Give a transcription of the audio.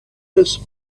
his